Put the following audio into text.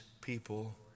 people